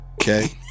Okay